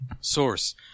Source